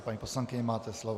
Paní poslankyně, máte slovo.